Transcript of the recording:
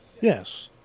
Yes